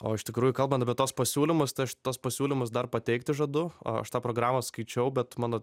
o iš tikrųjų kalbant apie tuos pasiūlymus tai aš tuos pasiūlymus dar pateikti žadu aš tą programą skaičiau bet mano